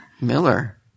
Miller